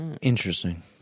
Interesting